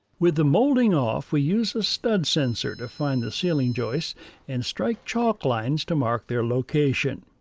with the molding off, we use a stud sensor to find the ceiling joist and strike chalk lines to mark their location.